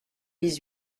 dix